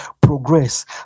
progress